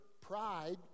pride